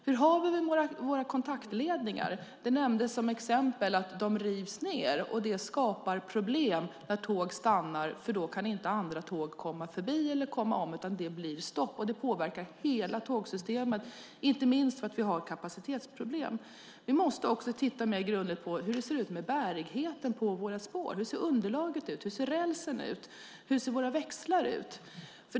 Hur har vi det med våra kontaktledningar? Det nämndes som exempel. De rivs ned. Det skapar problem när tåg stannar. Då kan inte andra tåg komma förbi eller komma om, utan det blir stopp. Det påverkar hela tågsystemet, inte minst för att vi har kapacitetsproblem. Vi måste också titta mer grundligt på hur det ser ut med bärigheten på våra spår. Hur ser underlaget ut? Hur ser rälsen ut? Hur ser våra växlar ut?